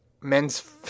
Men's